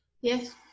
Yes